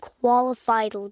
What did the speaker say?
qualified